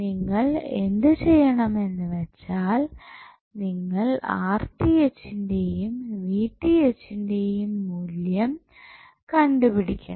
നിങ്ങൾ എന്ത് ചെയ്യണം എന്ന് വച്ചാൽ നിങ്ങൾ ന്റെയും ന്റെയും മൂല്യം കണ്ടുപിടിക്കണം